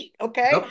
okay